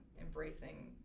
embracing